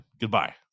goodbye